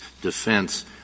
defense